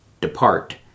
depart